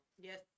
yes